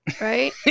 right